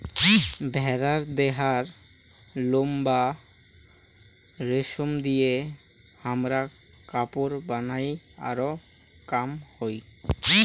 ভেড়ার দেহার লোম বা রেশম দিয়ে হামরা কাপড় বানাই আরো কাম হই